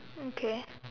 okay